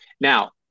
Now